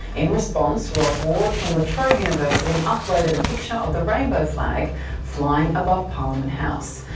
in response, roz ward from la trobe university uploaded a picture of the rainbow flag flying above parliament house.